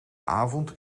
avond